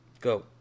Go